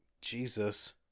Jesus